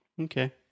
Okay